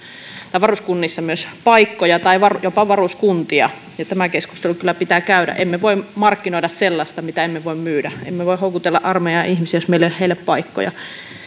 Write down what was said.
varuskunnissa paikkoja tai jopa varuskuntia tämä keskustelu kyllä pitää käydä emme voi markkinoida sellaista mitä emme voi myydä emme voi houkutella armeijaan ihmisiä jos meillä ei ole heille paikkoja